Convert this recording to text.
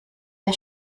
der